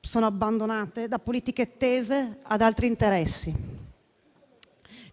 sono abbandonate da politiche tese ad altri interessi.